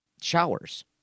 showers